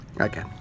Okay